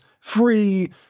free